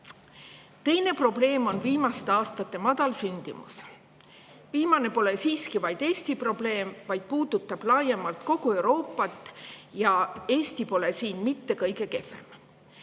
Teine probleem on viimaste aastate madal sündimus. Viimane pole siiski vaid Eesti probleem, vaid puudutab laiemalt kogu Euroopat. Eesti pole siin mitte kõige kehvem.